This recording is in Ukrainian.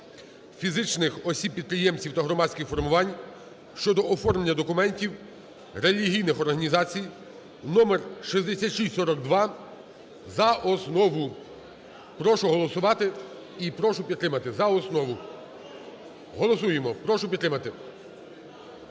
фізичних осіб-підприємців та громадських формувань" (щодо оформлення документів релігійних організацій) (№ 6642) за основу. Прошу голосувати і прошу підтримати. За основу. Голосуємо. Прошу підтримати.